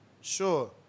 Sure